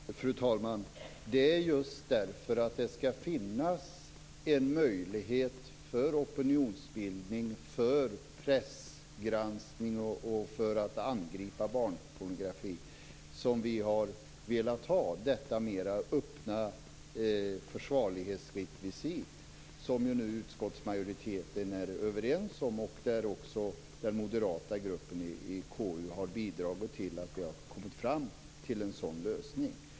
Fru talman! Det är just därför att det skall finnas en möjlighet för opinionsbildning, för pressgranskning och för att angripa barnpornografi som vi har velat ha detta mera öppna försvarlighetsrekvisit som utskottsmajoriteten nu är överens om. Även den moderata gruppen i konstitutionsutskottet har bidragit till att vi har kommit fram till en sådan lösning.